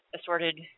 assorted